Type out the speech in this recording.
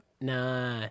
Nah